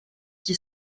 qui